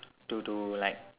to to like